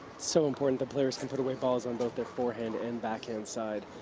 so important the players can put away balls on both their forehand and backhand side.